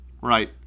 Right